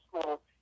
school